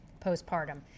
postpartum